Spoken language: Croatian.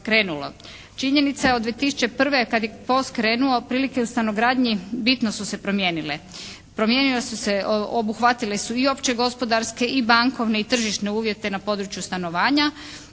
Činjenica je od 2001. kada je POS krenuo, otprilike u stanogradnji bitno su se promijenile. Promijenile su se, obuhvatile su i opće gospodarske i bankovne i tržišne uvjete na području stanovanja,